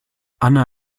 anna